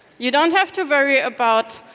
you don't have to worry about